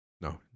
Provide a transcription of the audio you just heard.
No